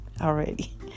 already